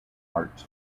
arts